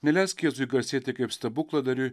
neleisk jėzui garsėti kaip stebukladariui